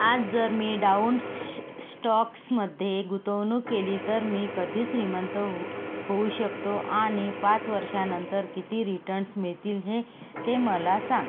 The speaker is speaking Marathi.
आज जर मी डाऊन श श स्टॉक्समध्ये गुंतवणूक केली तर मी कधी श्रीमंत हो होऊ शकतो आणि पाच वर्षांनंतर किती रिटर्न्स मिळतील हे ते मला सांग